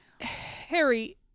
Harry